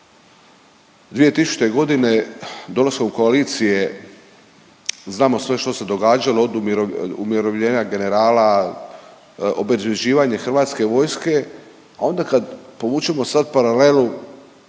2000. g. dolaskom koalicije znamo sve što se događalo, od umirovljenja generala, obezvrjeđivanje Hrvatske vojske, a onda kad povučemo sad paralelu